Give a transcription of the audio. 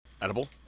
edible